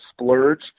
splurge